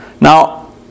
Now